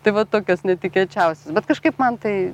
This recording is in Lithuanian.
tai va tokios netikėčiausios bet kažkaip man tai